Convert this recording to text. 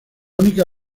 única